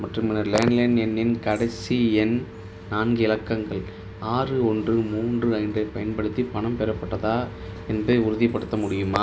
மற்றும் எனது லேண்ட்லைன் எண்ணின் கடைசி எண் நான்கு இலக்கங்கள் ஆறு ஒன்று மூன்று ஐந்தைப் பயன்படுத்தி பணம் பெறப்பட்டதா என்பதை உறுதிப்படுத்த முடியுமா